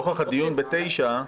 נוכח הדיון בתשע,